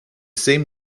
same